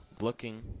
looking